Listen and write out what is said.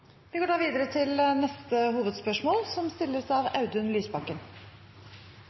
Vi går da videre til neste hovedspørsmål.